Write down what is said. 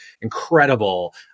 incredible